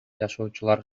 жашоочулар